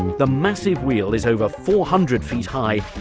the massive wheel is over four hundred feet high,